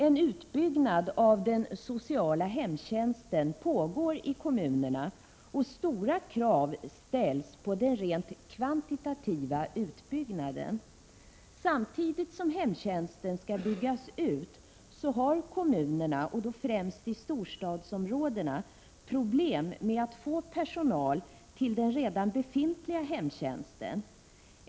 En utbyggnad av den sociala hemtjänsten pågår i kommunerna, och stora krav ställs på den rent kvantitativa utbyggnaden. Samtidigt som hemtjänsten skall byggas ut har kommunerna — främst i storstadsområdena — problem med att få personal till den redan befintliga hemtjänsten.